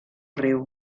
riu